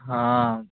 ହଁ